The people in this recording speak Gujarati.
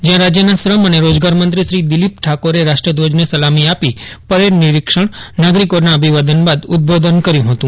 જ્યાં રાજ્યના શ્રમ અને રોજગારમંત્રી શ્રી દિલીપ ઠાકોરે રાષ્ટ્રધ્વજને સલામી આપી પરેડ નિરીક્ષણ નાગરિકોનાં અભિવાદન બાદ ઉદ્દબોધન કર્યું હતું